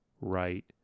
right